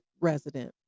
resident